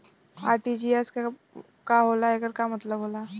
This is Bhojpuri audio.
आर.टी.जी.एस का होला एकर का मतलब होला?